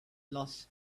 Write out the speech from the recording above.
loss